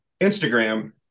Instagram